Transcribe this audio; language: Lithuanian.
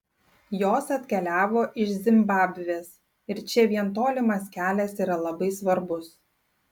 jos atkeliavo iš zimbabvės ir čia vien tolimas kelias yra labai svarbus